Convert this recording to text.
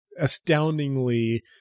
astoundingly